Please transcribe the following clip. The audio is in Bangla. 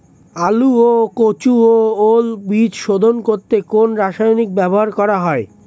আলু ও কচু ও ওল বীজ শোধন করতে কোন রাসায়নিক ব্যবহার করা হয়?